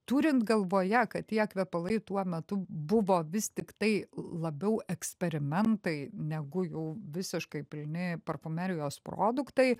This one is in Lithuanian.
turint galvoje kad tie kvepalai tuo metu buvo vis tiktai labiau eksperimentai negu jau visiškai pilni parfumerijos produktai